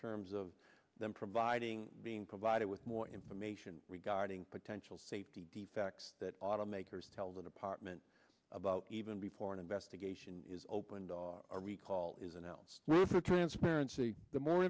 terms of them providing being provided with more information regarding potential safety defects that automakers tell the department about even before an investigation is opened a recall is an else for transparency the more